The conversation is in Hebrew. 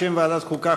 בשם ועדת החוקה,